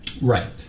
Right